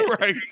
right